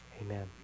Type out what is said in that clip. Amen